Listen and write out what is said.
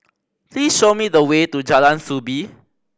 please show me the way to Jalan Soo Bee